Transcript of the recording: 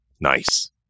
Nice